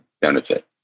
benefit